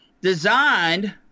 designed